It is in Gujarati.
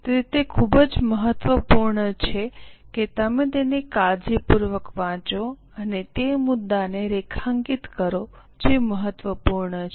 તેથી તે ખૂબ જ મહત્વપૂર્ણ છે કે તમે તેને કાળજીપૂર્વક વાંચો અને તે મુદ્દાને રેખાંકિત કરો જે મહત્વપૂર્ણ છે